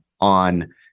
on